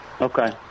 Okay